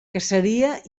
caseria